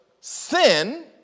sin